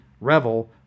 Revel